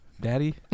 Daddy